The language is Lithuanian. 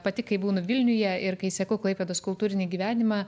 pati kai būnu vilniuje ir kai seku klaipėdos kultūrinį gyvenimą